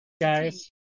Guys